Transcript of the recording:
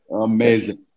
Amazing